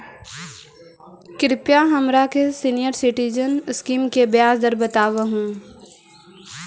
कृपा हमरा के सीनियर सिटीजन स्कीम के ब्याज दर बतावहुं